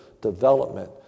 development